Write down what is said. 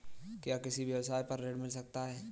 क्या किसी व्यवसाय पर ऋण मिल सकता है?